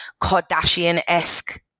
Kardashian-esque